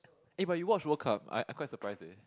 ah but you watch World Cup I I quite surprised eh